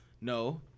No